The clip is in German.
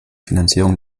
finanzierung